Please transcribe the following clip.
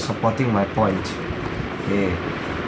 supporting my point okay